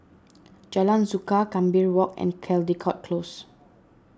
Jalan Suka Gambir Walk and Caldecott Close